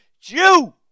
Jew